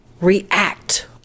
react